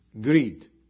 greed